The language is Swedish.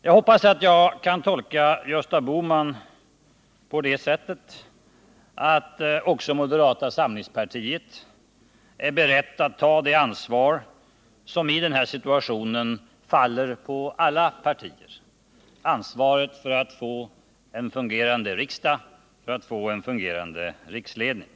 Jag hoppas att jag kan tolka Gösta Bohman på det sättet att också moderata samlingspartiet är berett att ta det ansvar som i den här situationen faller på alla partier — ansvaret för att vi skall få en fungerande riksdag och en fungerande riksledning.